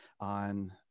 On